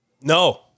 No